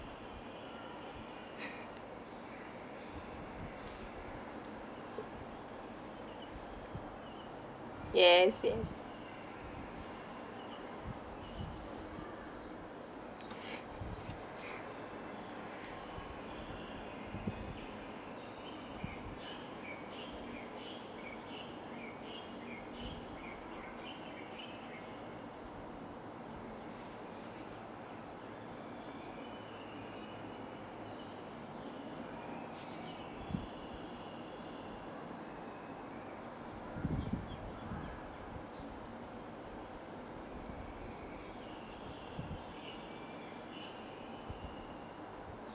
yes yes